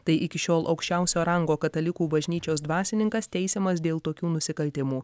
tai iki šiol aukščiausio rango katalikų bažnyčios dvasininkas teisiamas dėl tokių nusikaltimų